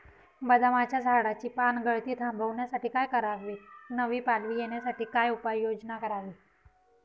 बदामाच्या झाडाची पानगळती थांबवण्यासाठी काय करावे? नवी पालवी येण्यासाठी काय उपाययोजना करावी?